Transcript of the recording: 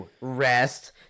Rest